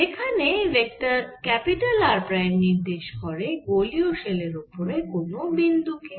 যেখানে vector R prime নির্দেশ করে গোলীয় শেলের ওপরে কোন বিন্দু কে